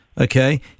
okay